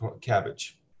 cabbage